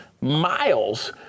miles